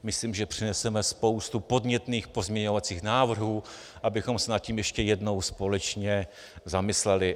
Myslím, že přineseme spoustu podnětných pozměňovacích návrhů, abychom se nad tím ještě jednou společně zamysleli.